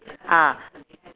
ah